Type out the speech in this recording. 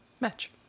match